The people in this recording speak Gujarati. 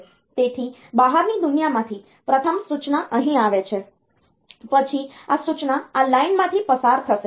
તેથી બહારની દુનિયામાંથી પ્રથમ સૂચના અહીં આવે છે પછી આ સૂચના આ લાઇનમાંથી પસાર થશે